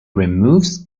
removes